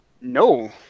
No